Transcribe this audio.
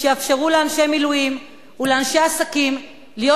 שיאפשרו לאנשי מילואים ולאנשי עסקים להיות